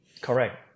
Correct